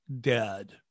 dead